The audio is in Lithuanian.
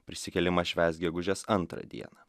prisikėlimą švęs gegužės antrą dieną